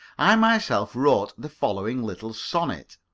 i myself wrote the following little sonnet